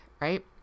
right